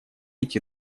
эти